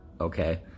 okay